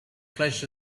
flesh